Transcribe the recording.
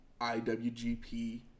IWGP